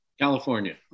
California